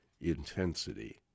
Intensity